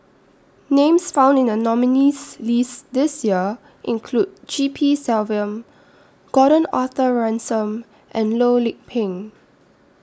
Names found in The nominees' list This Year include G P Selvam Gordon Arthur Ransome and Loh Lik Peng